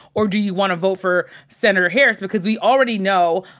or do you want to vote for senator harris? because we already know,